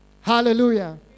Hallelujah